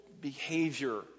Behavior